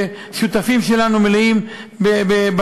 שהם שותפים שלנו מלאים בצבא,